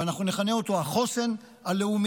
ואנחנו נכנה אותו החוסן הלאומי,